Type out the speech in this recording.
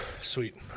sweet